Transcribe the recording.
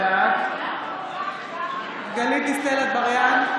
בעד גלית דיסטל אטבריאן,